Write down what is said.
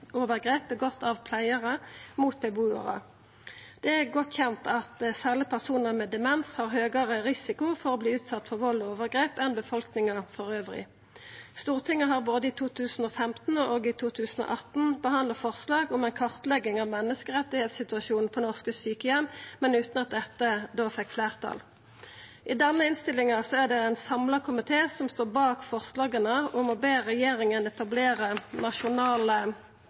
av pleiarar mot bebuarar. Det er godt kjent at særleg personar med demens har høgre risiko for å verta utsette for vald og overgrep enn befolkninga elles. Stortinget har både i 2015 og i 2018 behandla forslag om ei kartlegging av menneskerettssituasjonen på norske sjukeheimar, men utan at det da fekk fleirtal. I denne innstillinga er det ein samla komité som står bak forslaget om å be «regjeringen etablere nasjonale